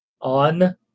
On